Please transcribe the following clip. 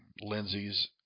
Lindsay's